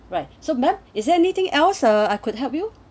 right so madam is there anything else uh I could help you